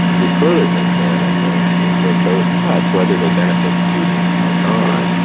the further concern i think is that those cuts, whether they benefit students or not,